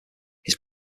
his